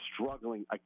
struggling